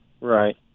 Right